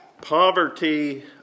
Poverty